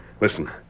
Listen